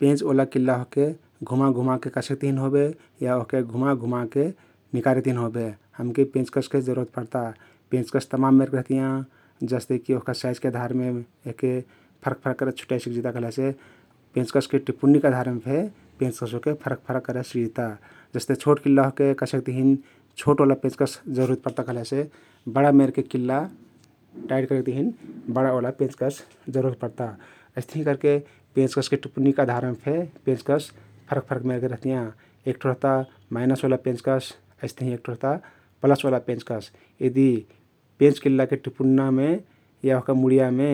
पेंच ओला किल्ला ओहके घुमा घुमाके कसेक तिहिन होबे या ओहके घुमा घुमाके निकारेक ताहिन होबे हमके पेंचकसके जरुरत पर्ता । पेंचकस तमान मेरके रहातियाँ जस्ते कि ओहका साईजके आधारमे यहके फरक फरक करे छुट्याइ सिकजिता कहलेसे पेंचकसके टिपुन्नीके अधारमे फे पेंचकस ओहके फरक फरक कर सिक्जिता । जस्ते छोटओला किल्ला कसेक तहिन छोट ओला पेंचकस जरुरत पर्ता कहलेसे बडा मेरके किल्ला टाइट करेक तहिन बडा ओला पेंचकस जरुरत पर्ता । अइस्तहिं करके पेंचकसके टिपुन्नीके अधारमे फे पेंचकस फरक फरक मेरके रहतियाँ । एक ठो रहता माइनस ओला पेंचकस अइस्तहिं एक ठो रहता प्लस ओला पेंचकस । यदि पेंच किल्लाके टिपुन्नामे या ओहका मुडियामे